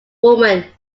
woman